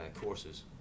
courses